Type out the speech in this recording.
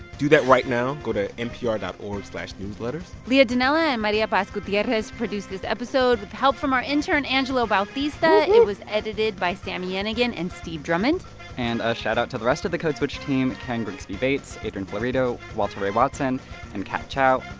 do that right now. go to npr dot o r g newsletters leah donnella and maria paz gutierrez produced this episode with help from our intern, angelo bautista. it was edited by sami yenigun and steve drummond and a shout-out to the rest of the code switch team karen grigsby bates, adrian florido, walter ray watson and kat chow.